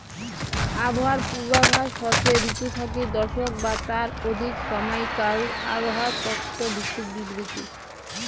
আবহাওয়ার পূর্বাভাস হসে ঋতু থাকি দশক বা তার অধিক সমাইকাল আবহাওয়ার তত্ত্ব ভিত্তিক বিবৃতি